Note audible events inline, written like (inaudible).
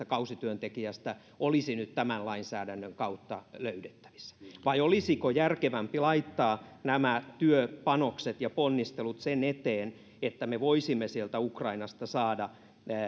(unintelligible) kausityöntekijästä olisi nyt tämän lainsäädännön kautta löydettävissä vai olisiko järkevämpi laittaa nämä työpanokset ja ponnistelut sen eteen että me voisimme sieltä ukrainasta saada